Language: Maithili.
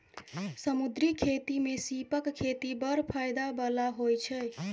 समुद्री खेती मे सीपक खेती बड़ फाएदा बला होइ छै